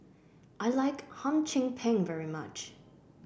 I like Hum Chim Peng very much